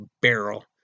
barrel